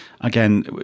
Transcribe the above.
again